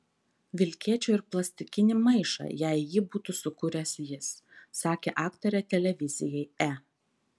vilkėčiau ir plastikinį maišą jei jį būtų sukūręs jis sakė aktorė televizijai e